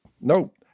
Nope